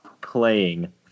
playing